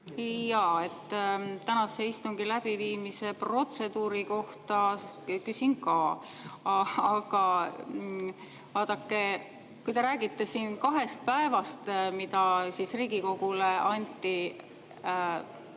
Jaa, tänase istungi läbiviimise protseduuri kohta küsin ka. Aga vaadake, kui te räägite siin kahest päevast, mis Riigikogule anti